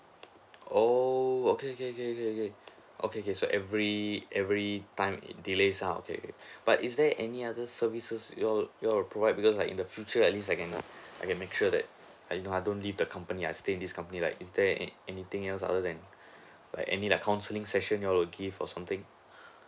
oh okay okay okay okay okay okay okay so every every time it delays uh okay okay but is there any other services you all you all provide because like in the future at least I can I can make sure that I know I don't leave the company I stay in this company like is there any anything else other than like any like counselling session you all will give or something